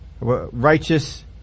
righteous